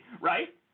right